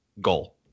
Goal